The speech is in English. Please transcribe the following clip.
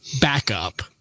backup